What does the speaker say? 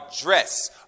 dress